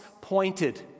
pointed